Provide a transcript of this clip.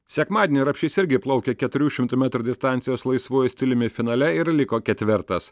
sekmadienį rapšys irgi plaukė keturių šimtų metrų distancijos laisvuoju stiliumi finale ir liko ketvirtas